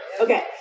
Okay